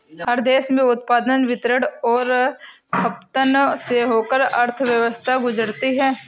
हर देश में उत्पादन वितरण और खपत से होकर अर्थव्यवस्था गुजरती है